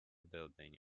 building